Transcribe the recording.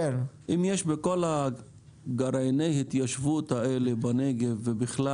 אם יש בכל גרעיני ההתיישבות האלה בנגב ובכל